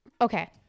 Okay